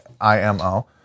IMO